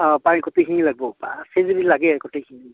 অঁ পাৰি গোটেইখিনি লাগব আছে যদি লাগে গোটেইখিনি